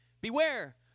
Beware